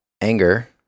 anger